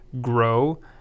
grow